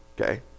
okay